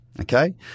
Okay